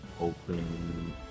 Open